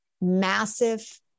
massive